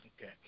Okay